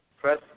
press